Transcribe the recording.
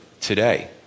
today